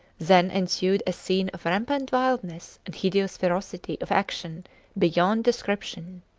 then ensued a scene of rampant wildness and hideous ferocity of action beyond description.